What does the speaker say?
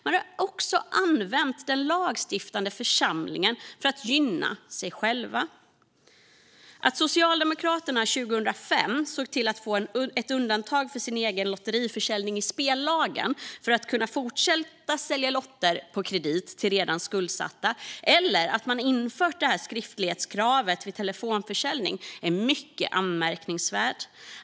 De har också använt den lagstiftande församlingen för att gynna sig själva. Att Socialdemokraterna 2005 såg till att få ett undantag för sin egen lottförsäljning i spellagen för att kunna fortsätta sälja lotter på kredit till redan skuldsatta, eller att de infört detta undantag från skriftlighetskrav vid telefonförsäljning, är mycket anmärkningsvärt.